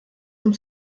zum